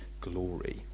glory